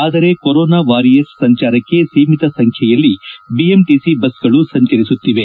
ಆದರೆ corona warriors ಸಂಚಾರಕ್ಕೆ ಸೀಮಿತ ಸಂಬ್ನೆಯಲ್ಲಿ ಬಿಎಂಟಿಸಿ ಬಸ್ಗಳು ಸಂಚರಿಸುತ್ತಿದೆ